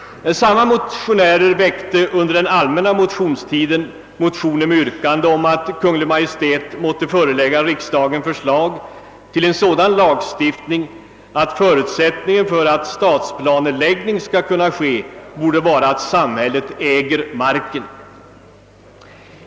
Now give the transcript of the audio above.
Samma motionärer väckte under den allmänna motionstiden motioner med yrkande om att Kungl. Maj:t måtte förelägga riksdagen förslag till en sådan lagstiftning att förutsättningen för en stadsplaneläggning borde vara att samhället äger marken.